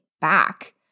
back